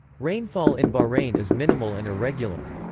rainfall in bahrain is minimal and irregular.